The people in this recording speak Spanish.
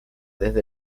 desde